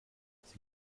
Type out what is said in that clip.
sie